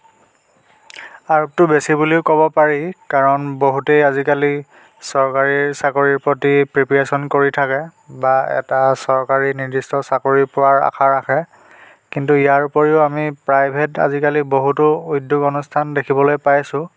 আৰোপতো বেছি বুলি ক'ব পাৰি কাৰণ বহুতেই আজিকালি চৰকাৰী চাকৰিৰ প্ৰতি প্ৰিপিয়াৰেচন কৰি থাকে বা এটা চৰকাৰী নিৰ্দিষ্ট চাকৰি পোৱাৰ আশা ৰাখে কিন্তু ইয়াৰ উপৰিও আমি প্ৰাইভেট আজিকালি বহুতো উদ্যোগ অনুষ্ঠান দেখিবলৈ পাইছোঁ